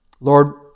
lord